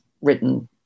written